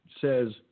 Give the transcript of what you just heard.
says